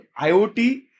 IoT